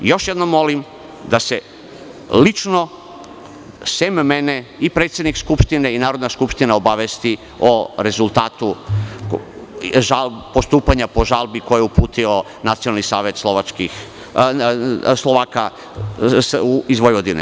Još jednom molim da se lično, sem mene, i predsednik Skupštine i Narodna skupština obavesti o rezultatu postupanja po žalbi koju je uputio Nacionalni savet Slovaka iz Vojvodine.